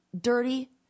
dirty